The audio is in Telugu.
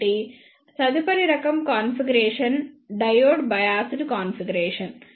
కాబట్టి తదుపరి రకం కాన్ఫిగరేషన్ డయోడ్ బయాస్డ్ కాన్ఫిగరేషన్